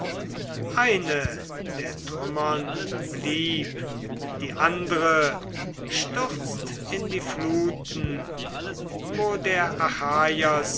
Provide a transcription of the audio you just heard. eine der trümmern blieb die andre stürzt in die fluten wo der